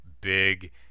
big